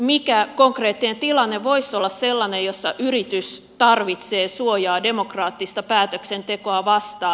mikä konkreettinen tilanne voisi olla sellainen jossa yritys tarvitsee suojaa demokraattista päätöksentekoa vastaan